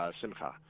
Simcha